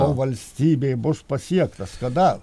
o valstybėj bus pasiektas kada